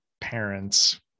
parents